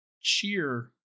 cheer